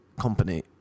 company